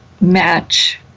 match